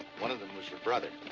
one of them was your brother.